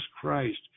Christ